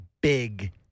big